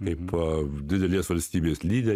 kaip a didelės valstybės lyde